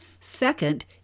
Second